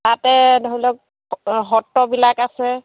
তাতে ধৰি লওক সত্ৰবিলাক আছে